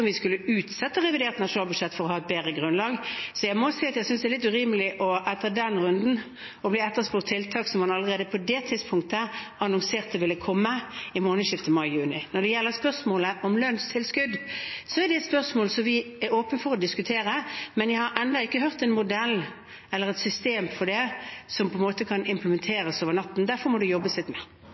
om vi skulle utsette revidert nasjonalbudsjett, for å ha et bedre grunnlag. Så jeg må si at jeg synes det er litt urimelig etter den runden å bli etterspurt tiltak som man allerede på det tidspunktet annonserte ville komme i månedsskiftet mai/juni. Når det gjelder spørsmålet om lønnstilskudd, er det noe vi er åpne for å diskutere, men jeg har ennå ikke hørt om en modell eller et system for det som kan implementeres over natten. Derfor må det jobbes litt med.